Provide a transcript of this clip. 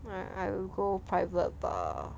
err I would go private bah